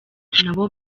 nabo